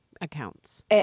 Accounts